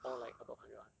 all like above hundred [one]